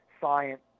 science